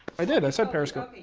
i did, i said periscope.